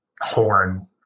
horn